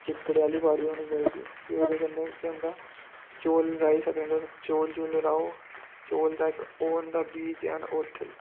चिकड़े आह्ली बाड़ी होनी चाहिदी फ्ही ओह्दे कन्नै केह् होंदा चौल राही सकदे तुस चौल चूल राहो चौल दा इक ओह् होंदा बीऽ जन ओठल